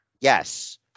Yes